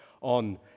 on